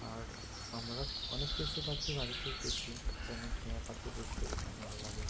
আর আমরা অনেক কিছু পাখি বাড়িতেও পুষি যেমন টিয়া পাখি পুষতে ভীষণ ভালো লাগে